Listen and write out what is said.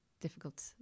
difficult